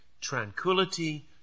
tranquility